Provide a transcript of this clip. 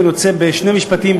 אני רוצה בשני משפטים,